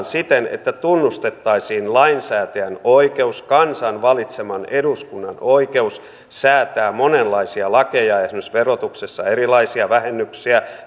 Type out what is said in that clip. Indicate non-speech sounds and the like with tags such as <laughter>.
<unintelligible> siten että tunnustettaisiin lainsäätäjän oikeus kansan valitseman eduskunnan oikeus säätää monenlaisia lakeja esimerkiksi verotuksessa antaa erilaisia vähennyksiä <unintelligible>